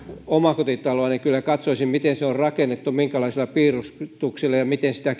omakotitaloa katsoisin miten se on rakennettu minkälaisilla piirustuksilla ja miten sitä